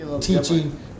teaching